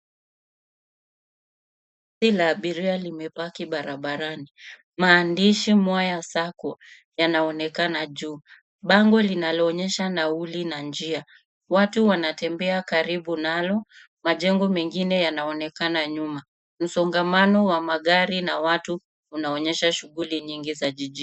Basi la abiria limepaki barabarani. Maandishi Mwaya sacco yanaonekana juu. Bango linalo onyesha nauli na njia, watu wanatembea karibu nalo, majengo mengine yanaonekana nyuma. Msongamano wa magari na watu unaonyesha shughuli nyingi za jijini